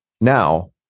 Now